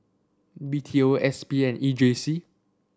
B T O S P and E J C